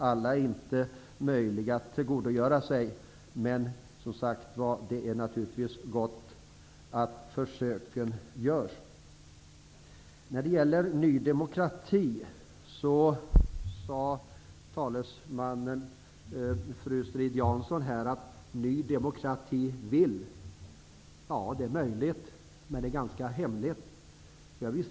Alla dessa är inte möjliga att omsätta, men det är som sagt gott att försöken görs. Ny demokratis talesman, fru Strid-Jansson, sade att partiet vill. Det är möjligt, men det är ganska hemligt vad man vill.